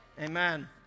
Amen